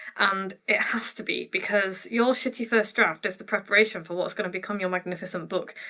and it has to be because your shitty first draft is the preparation for what's gonna become your magnificent book.